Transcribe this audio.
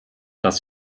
dass